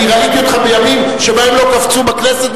אני ראיתי אותך בימים שבהם לא קפצו בכנסת,